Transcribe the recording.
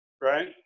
right